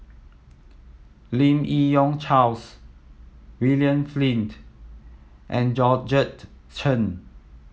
Lim Yi Yong Charles William Flint and Georgette Chen